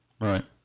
Right